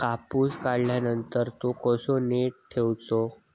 कापूस काढल्यानंतर तो कसो नीट ठेवूचो?